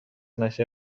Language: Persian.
نشه